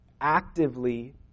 actively